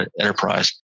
enterprise